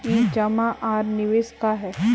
ई जमा आर निवेश का है?